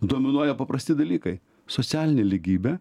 dominuoja paprasti dalykai socialinė lygybė